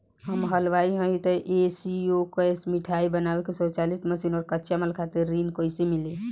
हम हलुवाई हईं त ए.सी शो कैशमिठाई बनावे के स्वचालित मशीन और कच्चा माल खातिर ऋण कइसे मिली?